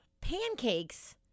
pancakes